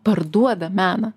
parduoda meną